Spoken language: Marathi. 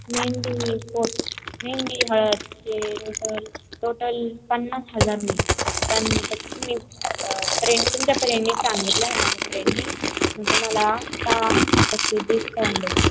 मेहंदी फोट मेहंदी हळदचे टोटल टोटल पन्नास हजार मि पण त तुम्ही फ्रें तुमच्या फ्रेंडने सांगितलं माझ्या फ्रेंडने मग तुम्हाला दहा टक्के डिस्काउंट देतो